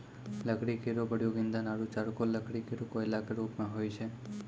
लकड़ी केरो प्रयोग ईंधन आरु चारकोल लकड़ी केरो कोयला क रुप मे होय छै